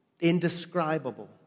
Indescribable